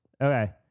okay